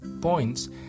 points